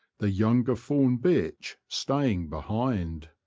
the younger fawn bitch staying behind.